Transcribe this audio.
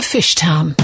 Fishtown